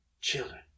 Children